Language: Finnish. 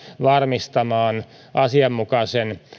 varmistamaan asianmukaisen